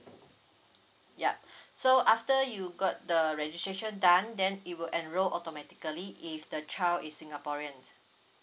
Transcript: ya so after you got the registration done then it will enroll automatically if the child is singaporeans